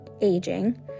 aging